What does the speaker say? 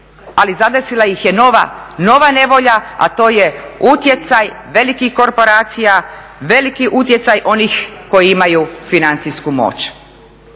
ali zadesila ih je nova nevolja, a to je utjecaj velikih korporacija, veliki utjecaj onih koji imaju financijsku moć.